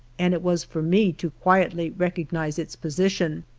and it was for me to quietly recognize its position.